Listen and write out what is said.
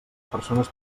persones